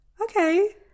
Okay